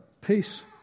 peace